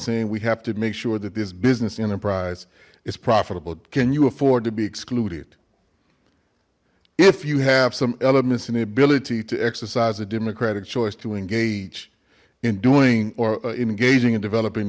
saying we have to make sure that this business enterprise is profitable can you afford to be excluded if you have some elements and the ability to exercise a democratic choice to engage in doing or engaging and developing